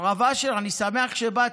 הרב אשר, אני שמח שבאת.